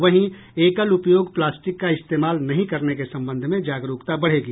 वहीं एकल उपयोग प्लास्टिक का इस्तेमाल नहीं करने के संबंध में जागरूकता बढ़ेगी